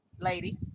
Lady